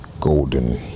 Golden